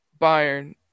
Bayern